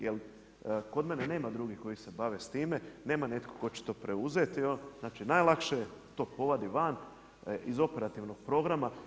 Jer kod mene nema drugih koji se bave s time, nema netko tko će to preuzeti, znači najlakše je to povadi van iz operativnog programa.